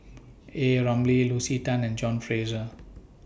A Ramli Lucy Tan and John Fraser